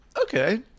Okay